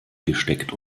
gesteckt